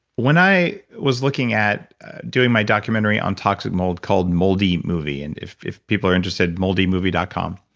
when i was looking at doing my documentary on toxic mold called moldy movie, and if if people are interested moldymovie dot com,